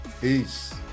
Peace